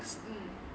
mm